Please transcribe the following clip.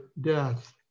death